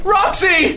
Roxy